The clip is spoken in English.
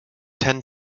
ten